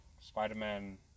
Spider-Man